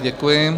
Děkuji.